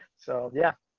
so, yeah.